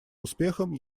успехом